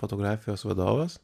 fotografijos vadovas